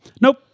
Nope